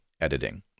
editing